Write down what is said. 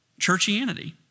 churchianity